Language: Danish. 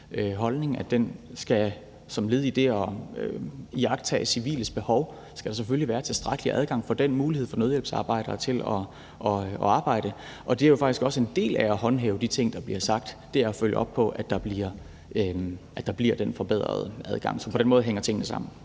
at der som led i det at iagttage de civiles behov selvfølgelig skal være tilstrækkelig adgang for nødhjælpsarbejdere, så de har mulighed for at arbejde. Det er jo faktisk også en del af at håndhæve de ting, der bliver sagt, at følge op på, at der bliver forbedret adgang. Så på den måde hænger tingene sammen.